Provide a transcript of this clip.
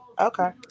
okay